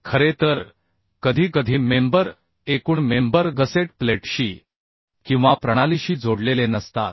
खरे तर कधीकधी मेंबर एकूण मेंबर गसेट प्लेटशी किंवा प्रणालीशी जोडलेले नसतात